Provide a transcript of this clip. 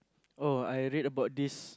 oh I read about this